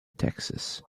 texas